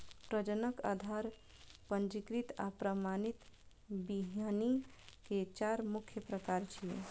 प्रजनक, आधार, पंजीकृत आ प्रमाणित बीहनि के चार मुख्य प्रकार छियै